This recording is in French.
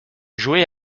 jouait